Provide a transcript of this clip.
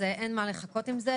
אין מה לחכות עם זה.